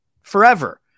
forever